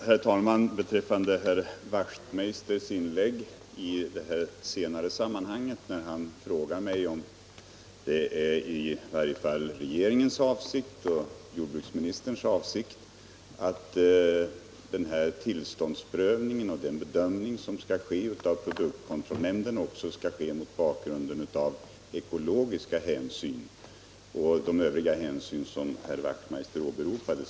Herr talman! Herr Wachtmeister i Johannishus frågar mig om det är avsikten att tillståndsprövningen och den bedömning som skall göras av produktkontrollnämnden också skall ske med beaktande av ekologiska hänsyn och de övriga hänsyn herr Wachtmeister åberopade.